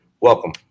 Welcome